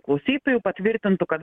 klausytojų patvirtintų kad